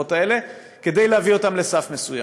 מהקצבאות האלה, כדי להביא אותן לסף מסוים,